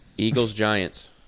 Eagles-Giants